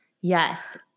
Yes